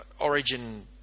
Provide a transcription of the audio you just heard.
Origin